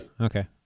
Okay